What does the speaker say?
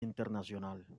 internacional